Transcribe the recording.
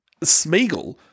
Smeagol-